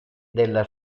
della